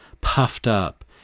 puffed-up